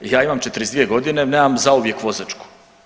Ja imam 42 godine, nemam zauvijek vozačku.